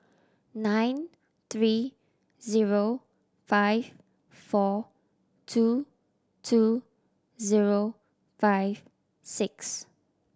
nine three zero five four two two zero five six